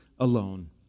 alone